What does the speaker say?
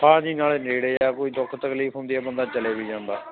ਹਾਂ ਜੀ ਨਾਲੇ ਨੇੜੇ ਆ ਕੋਈ ਦੁੱਖ ਤਕਲੀਫ਼ ਹੁੰਦੀ ਆ ਬੰਦਾ ਚਲੇ ਵੀ ਜਾਂਦਾ